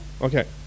Okay